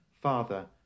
Father